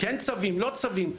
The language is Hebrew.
כן צווים לא צווים,